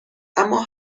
اما